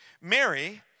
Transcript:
Mary